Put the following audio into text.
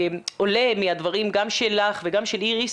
שעולה מהדברים גם שלך וגם של איריס,